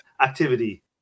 activity